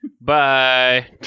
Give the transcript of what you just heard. Bye